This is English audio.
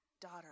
daughter